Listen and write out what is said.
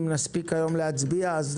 אם נספיק היום להצביע.